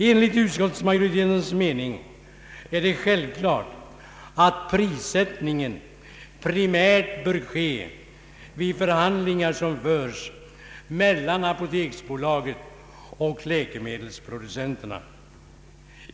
Enligt utskottsmajoritetens mening är det självklart att prissättningen primärt bör ske vid förhandlingar som förs mellan apoteksbolaget och läkemedelsproducenterna.